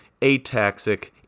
ataxic